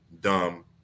dumb